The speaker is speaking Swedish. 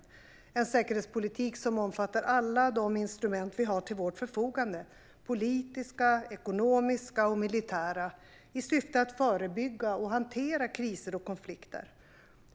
Det är en säkerhetspolitik som omfattar alla de instrument vi har till vårt förfogande, politiska, ekonomiska och militära, i syfte att förebygga och hantera kriser och konflikter.